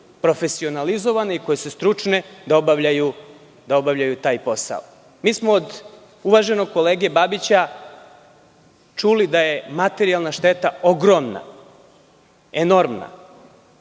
profesionalizovane i koje su stručne da obavljaju taj posao. Mi smo od uvaženog kolege Babića čuli da je materijalna šteta ogromna, enormna